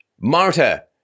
Marta